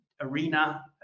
arena